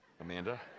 Amanda